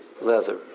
leather